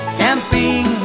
camping